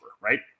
right